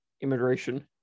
immigration